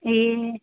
ए